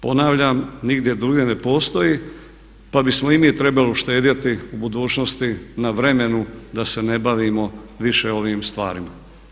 Ponavljam nigdje drugdje ne postoji pa bismo i mi trebali uštedjeti u budućnosti na vremenu da se ne bavimo više ovim stvarima.